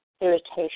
irritation